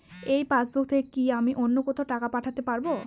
এই পাসবুক থেকে কি আমি অন্য কোথাও টাকা পাঠাতে পারব?